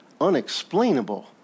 unexplainable